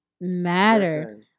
matter